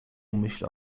myśl